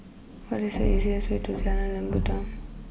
what is the easiest way to Jalan Lebat Daun